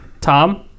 Tom